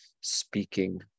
speaking